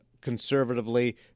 conservatively